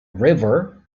river